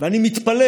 ואני מתפלא